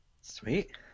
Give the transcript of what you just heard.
Sweet